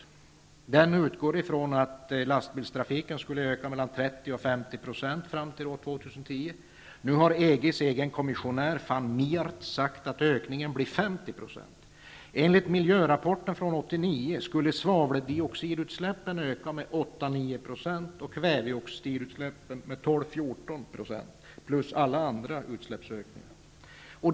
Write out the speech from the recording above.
I rapporten utgår man ifrån att lastbilstrafiken ökar med mellan 30 och 50 % fram till år 2010. Nu har EG:s egen kommissionär van Miart sagt att ökningen blir 50 %. Enligt miljörapporten från 1989 skulle svaveldioxidutsläppen öka med 8--9 % och kväveoxidutsläppen med 12--14 %. Till detta kommer alla andra utsläppsökningar.